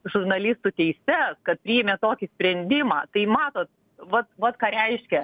žurnalistų teises kad priėmė tokį sprendimą tai matot vat vat ką reiškia